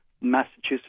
Massachusetts